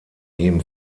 ihm